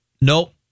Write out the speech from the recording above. Nope